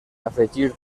afegir